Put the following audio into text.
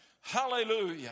Hallelujah